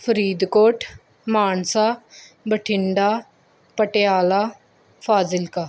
Faridkot Mansa Bathinda Patiala Fazilka